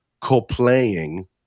co-playing